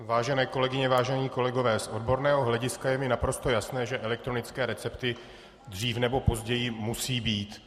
Vážené kolegyně, vážení kolegové, z odborného z hlediska je mi naprosto jasné, že elektronické recepty dřív nebo později musí být.